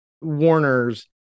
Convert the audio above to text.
Warner's